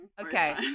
Okay